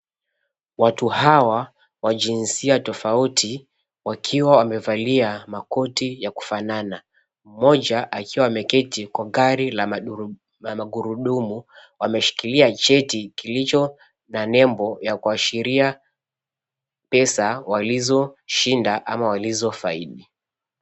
Watu hawa wa jinsia tofauti wakiwa wamevalia makoti ya kufanana, mmoja akiwa ameketi kwa gari la magurudumu ameshikilia cheti kilicho na nembo ya kuashiria pesa walizoshinda ama walizofaidi.